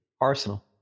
Arsenal